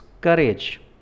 courage